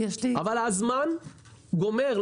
אבל הזמן נגמר,